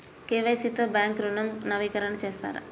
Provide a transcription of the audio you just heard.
KYC తో bank ఋణం నవీకరణ చేస్తారా?